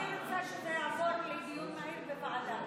אני רוצה שזה יעבור לדיון מהיר בוועדה.